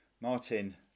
Martin